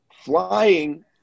flying